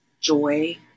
joy